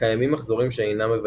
קיימים מחזורים שאינם מבייצים,